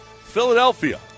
Philadelphia